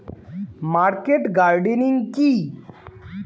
Market gardening কি?